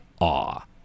awe